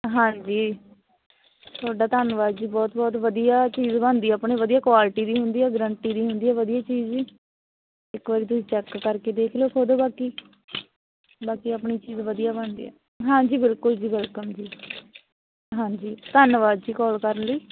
ਹਾਂਜੀ ਤੁਹਾਡਾ ਧੰਨਵਾਦ ਜੀ ਬਹੁਤ ਬਹੁਤ ਵਧੀਆ ਚੀਜ਼ ਬਣਦੀ ਆਪਣੇ ਵਧੀਆ ਕੁਆਲਟੀ ਦੀ ਹੁੰਦੀ ਆ ਗਰੰਟੀ ਦੀ ਹੁੰਦੀ ਆ ਵਧੀਆ ਚੀਜ਼ ਜੀ ਇੱਕ ਵਾਰੀ ਤੁਸੀਂ ਚੈੱਕ ਕਰਕੇ ਦੇਖ ਲਿਓ ਖੁਦ ਬਾਕੀ ਬਾਕੀ ਆਪਣੇ ਚੀਜ਼ ਵਧੀਆ ਬਣਦੀ ਆ ਹਾਂਜੀ ਬਿਲਕੁਲ ਜੀ ਵੈਲਕਮ ਜੀ ਹਾਂਜੀ ਧੰਨਵਾਦ ਜੀ ਕੌਲ ਕਰਨ ਲਈ